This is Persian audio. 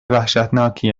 وحشتناکی